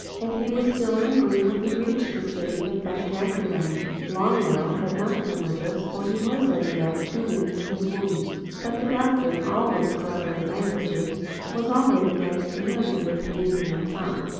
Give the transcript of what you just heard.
and he was still angry when he reached the city of bag-jagderag. long arrow had not come with us for he was as yet too weak from his wound. but the doctor always clever at languages was already getting familiar with the indian tongue.